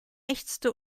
ächzte